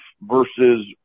versus